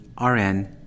RN